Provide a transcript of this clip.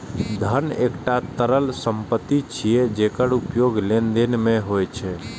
धन एकटा तरल संपत्ति छियै, जेकर उपयोग लेनदेन मे होइ छै